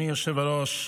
אדוני היושב-ראש,